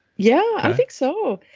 yeah. i think so.